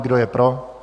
Kdo je pro?